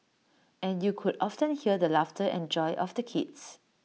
and you could often hear the laughter and joy of the kids